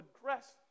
address